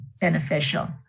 beneficial